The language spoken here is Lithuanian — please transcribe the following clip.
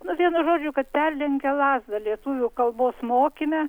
nu vienu žodžio kad perlenkia lazdą lietuvių kalbos mokyme